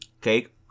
cake